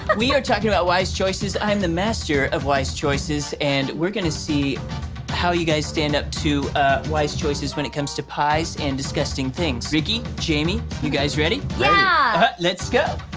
but we are talking about wise choices, i am the master of wise choices, and we are gonna see how you guys stand up to ah wise choices when it comes to pies and disgusting things. ricky, jayme, you guys ready? ready. yeah! let's go.